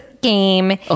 game